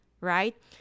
right